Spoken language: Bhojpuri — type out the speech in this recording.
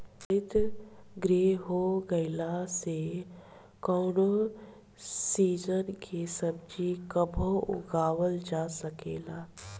हरितगृह हो गईला से कवनो सीजन के सब्जी कबो उगावल जा सकेला